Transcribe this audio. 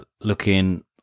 looking